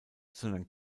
sondern